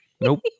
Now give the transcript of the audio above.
Nope